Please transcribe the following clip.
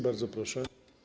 Bardzo proszę.